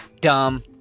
dumb